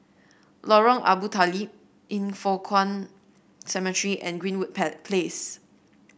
Lorong Abu Talib Yin Foh Kuan Cemetery and Greenwood Place